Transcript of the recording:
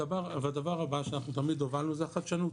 הדבר הבא שאנחנו תמיד הובלנו זה החדשנות.